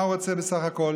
שמה הוא רוצה בסך הכול?